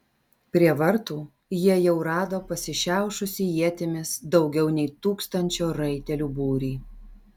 prie vartų jie jau rado pasišiaušusį ietimis daugiau nei tūkstančio raitelių būrį